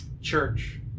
Church